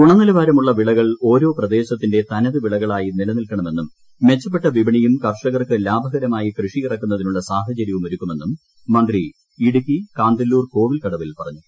ഗുണനിലവാരമുള്ള വിളകൾ ഓരോ പ്രദേശത്തിന്റെ തനത് വിളകളായി നില നിൽക്കണമെന്നും ക്ച്ചപ്പെട്ട വിപണിയും കർഷകർക്ക് ലാഭകരമായി കൃഷിയിറക്കുന്നതിനുള്ള സാഹചര്യവും ഒരുക്കുമെന്നും മന്ത്രി ഇടുക്കി കാന്തല്ലൂർ കോവിൽ കടവിൽ പറഞ്ഞു